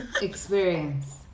Experience